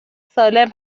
سالم